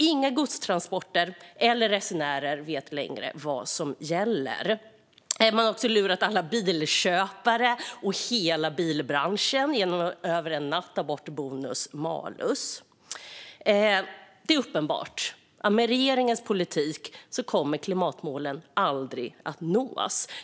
Inga godstransportörer eller resenärer vet längre vad som gäller. Man har också lurat alla bilköpare och hela bilbranschen genom att över en natt ta bort bonus malus. Det är uppenbart att med regeringens politik kommer klimatmålen aldrig att nås.